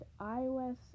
iOS